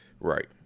Right